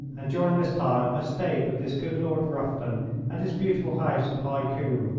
and during this time i stayed with this good lord rufton at his beautiful house of high combe,